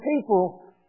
people